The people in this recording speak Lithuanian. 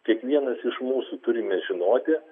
kiekvienas iš mūsų turime žinoti